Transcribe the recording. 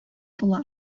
була